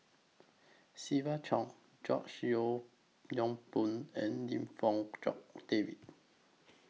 Siva Choy George Yeo Yong Boon and Lim Fong Jock David